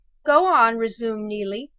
go on, resumed neelie,